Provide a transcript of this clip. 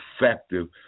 effective